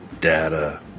Data